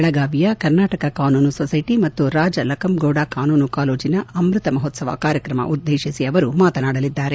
ಬೆಳಗಾವಿಯ ಕರ್ನಾಟಕ ಕಾನೂನು ಸೊಸ್ಲೆಟಿ ಮತ್ತು ರಾಜ ಲಕಂಗೌಡ ಕಾನೂನು ಕಾಲೇಜಿನ ಅಮ್ಬತ ಮಹೋತ್ತವ ಕಾರ್ಯಕ್ರಮ ಉದ್ದೇಶಿಸಿ ಮಾತನಾಡಲಿದ್ದಾರೆ